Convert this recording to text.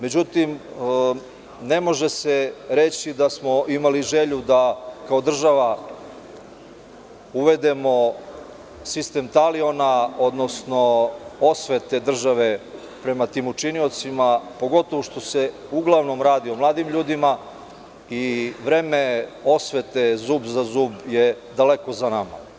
Međutim, ne može se reći da smo imali želju da kao država uvedemo sistem taliona, odnosno osvete države prema tim učiniocima, pogotovo što se uglavnom radi o mladim ljudima i vreme osvete „zub za zub“ je daleko za nama.